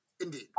Indeed